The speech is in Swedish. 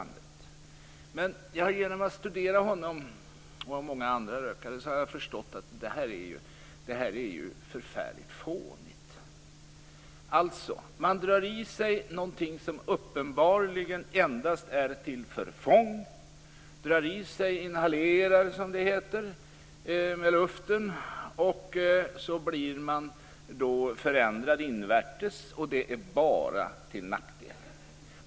Genom att studera honom och många andra rökare har jag förstått att det är förfärligt fånigt. Man drar i sig något som uppenbarligen endast är till förfång. Man drar i sig, inhalerar som det heter, med luften och så blir man förändrad invärtes. Det är bara till nackdel.